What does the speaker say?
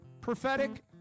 Prophetic